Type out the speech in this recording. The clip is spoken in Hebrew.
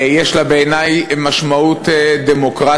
יש לה בעיני משמעות דמוקרטית.